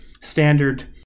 standard